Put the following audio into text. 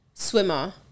Swimmer